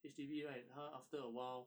H_D_B right 他 after a while